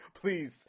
please